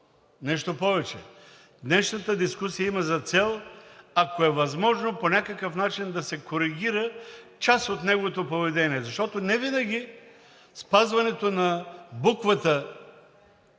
Нещо повече, днешната дискусия има за цел, ако е възможно, по някакъв начин да се коригира част от неговото поведение, защото невинаги спазването на буквата